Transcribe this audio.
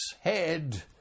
head